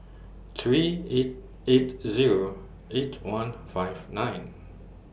three eight eight Zero eight one five nine